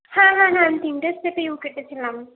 হ্যাঁ হ্যাঁ হ্যাঁ আমি তিনটে স্টেপে ইউ কেটেছিলাম